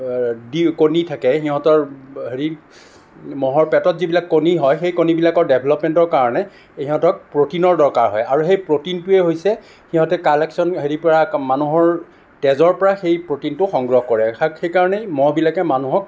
দি কণী থাকে সিহঁতৰ হেৰি মহৰ পেটত যিবিলাক কণী হয় সেই কণীবিলাকৰ ডেভেলপ্মেণ্টৰ কাৰণে ইহঁতক প্ৰ'টিনৰ দৰকাৰ হয় আৰু সেই প্ৰ'টিনটোৱে হৈছে সিহঁতে কালেকশ্যন হেৰিৰ পৰা মানুহৰ তেজৰ পৰা সেই প্ৰ'টিনটো সংগ্ৰহ কৰে অৰ্থাৎ সেইকাৰণেই মহবিলাকে মানুহক